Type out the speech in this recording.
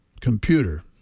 computer